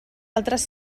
altres